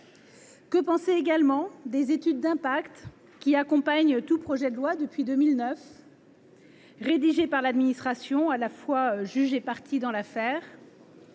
Que penser également des études d’impact qui accompagnent tout projet de loi depuis 2009 ? Rédigées par l’administration, à la fois juge et partie dans l’affaire,